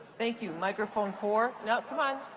thank you. microphone four. now, come on.